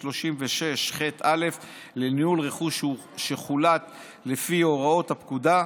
36ח(א) לניהול רכוש שחולט לפי הוראות הפקודה,